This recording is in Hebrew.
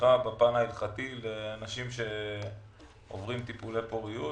התמיכה בפן ההלכתי לנשים שעוברות טיפולי פוריות,